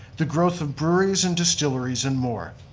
the growth of breweries and distilleries and more.